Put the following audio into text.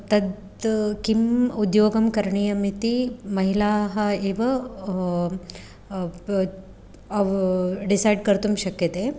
तद् किम् उद्योगं करणीयम् इति महिलाः एव अव् डिसैड् कर्तुं शक्यते